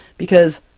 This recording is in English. because,